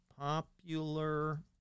popular